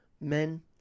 men